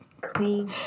Queen